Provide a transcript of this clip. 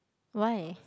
why